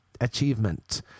Achievement